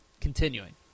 continuing